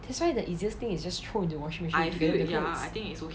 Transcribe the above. that's why the easiest thing is just throw into the washing machine together with the clothes